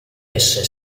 esse